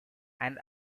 and